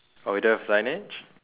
oh you don't have a signage